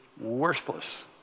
worthless